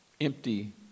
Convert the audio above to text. empty